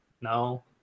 No